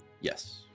Yes